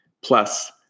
plus